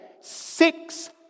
six